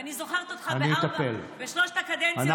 ואני זוכרת אותך בשלוש הקדנציות האחרונות,